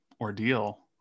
ordeal